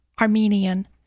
Armenian